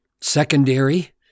secondary